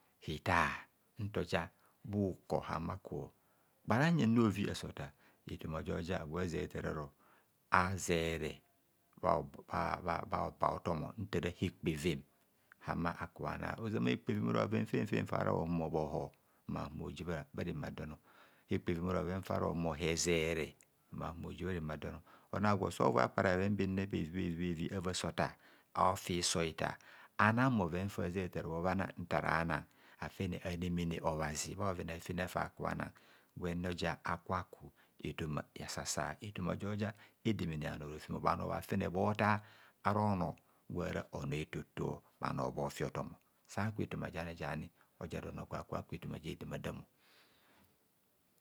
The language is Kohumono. Hitar ntoja bhukor hamaku, kpara nyene ovi ase otar, efoma joja agwo aze ataaro azere bha hotom hobotomo ntoroja hekpa hevem ama kubho ana ozama hekpahevem ora bhoven fen fen fara bhohumo bho hor bhoji bha remadon, hekpahevem ora bhoven fara bhohumo hezere bhoji bhare madon, ona agwo so voi akpa ra bheven benne bhevi bhevi ase otar a'ofi hiso hifar anan bhoven fa ze atar aro bho bhana nta rana afene anemene obhazi bha bhoven afenana fa kubho ana gwenne oja akana efoma esasa, joroja edemene bhanor gwara onor efoto bhanor bho fu otom saku efoma jani jani oja ara onor geo ku efoma je da ma damo.